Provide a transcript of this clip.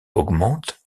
augmente